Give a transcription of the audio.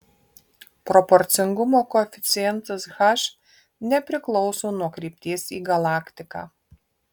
proporcingumo koeficientas h nepriklauso nuo krypties į galaktiką